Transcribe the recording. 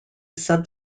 sub